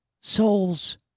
souls